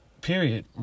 Period